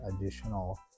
additional